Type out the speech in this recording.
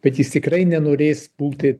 bet jis tikrai nenorės būti